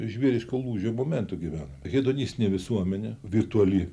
žvėriško lūžio momentu gyvenam hedonistinė visuomenė virtuali